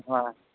ᱦᱮᱸ